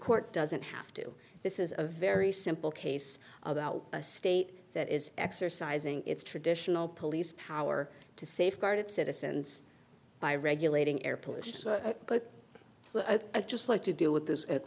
court doesn't have to this is a very simple case about a state that is exercising its traditional police power to safeguard its citizens by regulating air pollution but a just like to deal with this